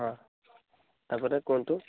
ହଁ ତା'ପରେ କୁହନ୍ତୁ